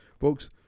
folks